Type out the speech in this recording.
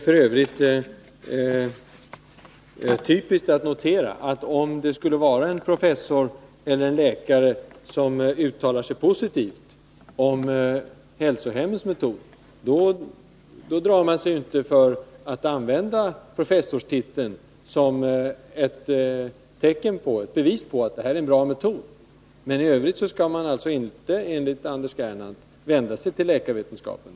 Man kan f. ö. notera något som är typiskt — om en professor eller läkare skulle uttala sig positivt om hälsohemmens metoder, då drar man sig inte för att använda professorstiteln som ett tecken på att en metod är bra. I övrigt skall man alltså inte, enligt Anders Gernandt, vända sig till läkarvetenskapen.